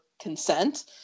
consent